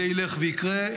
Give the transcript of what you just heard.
זה ילך ויקרה.